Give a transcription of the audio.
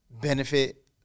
benefit